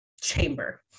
chamber